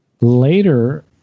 Later